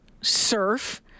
surf